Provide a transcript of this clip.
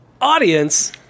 Audience